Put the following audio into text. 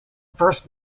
first